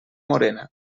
morena